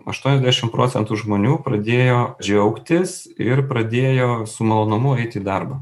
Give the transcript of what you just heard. aštuoniasdešim procentų žmonių pradėjo džiaugtis ir pradėjo su malonumu eit į darbą